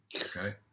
okay